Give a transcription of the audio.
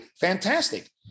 fantastic